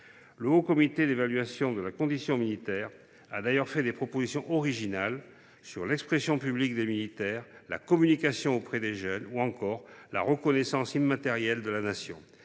le Haut Comité d’évaluation de la condition militaire (HCECM) a formulé des propositions originales, qu’il s’agisse de l’expression publique des militaires, de la communication auprès des jeunes ou encore de la reconnaissance immatérielle de la Nation.